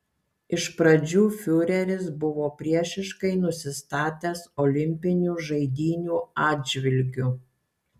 iš pradžių fiureris buvo priešiškai nusistatęs olimpinių žaidynių atžvilgiu